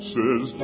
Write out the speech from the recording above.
Says